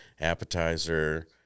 appetizer